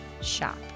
shop